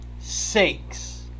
sakes